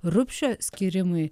rupšio skyrimui